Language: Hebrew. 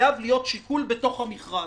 חייב להיות שיקול בתוך המכרז.